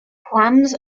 clams